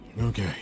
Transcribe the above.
Okay